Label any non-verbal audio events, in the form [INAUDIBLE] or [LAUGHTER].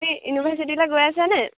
[UNINTELLIGIBLE] ইউনিভাৰ্চিটিলৈ গৈ আছেনে